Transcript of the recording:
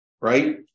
Right